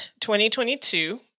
2022